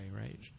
right